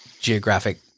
geographic